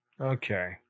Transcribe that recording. Okay